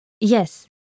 Yes